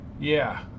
Yeah